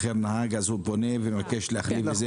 אלה הרעיונות שאני מחפש עכשיו לצמצם את הפערים.